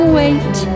wait